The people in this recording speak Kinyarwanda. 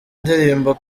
ndirimbo